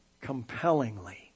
compellingly